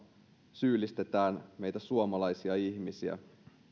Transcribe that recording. syyllistämme meitä suomalaisia ihmisiä